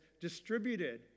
distributed